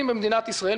לא לרעתך דרשנו,